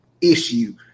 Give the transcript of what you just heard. issue